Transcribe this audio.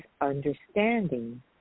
understanding